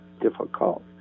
difficult